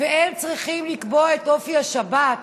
והם צריכים לקבוע את אופי השבת.